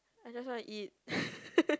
I just want to eat